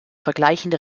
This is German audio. vergleichende